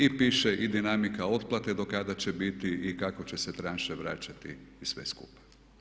I piše i dinamika otplate do kada će biti i kako će se tranše vraćati i sve skupa.